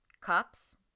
Cups